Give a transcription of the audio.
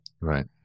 Right